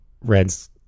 Reds